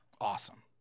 Awesome